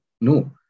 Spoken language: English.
No